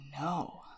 no